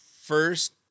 first